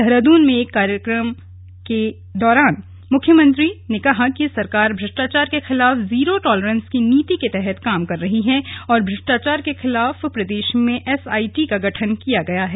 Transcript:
देहरादून में एक समाचार चैनल द्वारा आयोजित कार्यक्रम में मुख्यमंत्री ने कहा कि सरकार भ्रष्टाचार के खिलाफ जीरो टॉलरेंस की नीति के तहत काम कर रही है और भ्रष्टाचार के खिलाफ प्रदेश में एसआईटी का गठन किया गया है